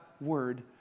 word